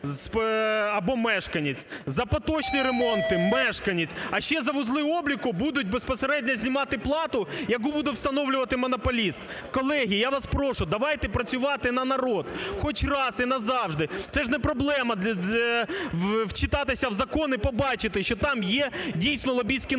або мешканець, за поточні ремонти – мешканець, а ще за вузли обліку будуть безпосередньо знімати плату, яку буде встановлювати монополіст! Колеги, я вас прошу, давайте працювати на народ! Хоч раз. І назавжди! Це ж не проблема – вчитатися в закон і побачити, що там є, дійсно, лобістські норми,